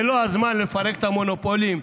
זה לא הזמן לפרק את המונופולים?